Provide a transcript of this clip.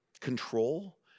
control